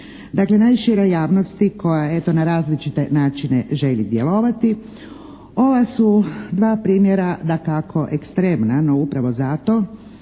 Dakle najširoj javnosti koja eto na različite načine želi djelovati, ova su dva primjera dakako ekstremna no upravo zato